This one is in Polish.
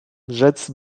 rzec